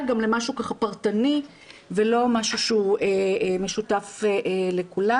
למשהו פרטני ולא משהו משותף לכולם.